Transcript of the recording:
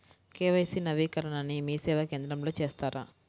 KYC నవీకరణని మీసేవా కేంద్రం లో చేస్తారా?